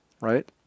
right